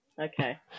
Okay